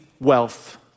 wealth